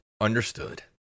understood